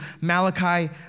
Malachi